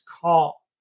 call